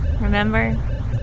remember